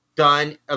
done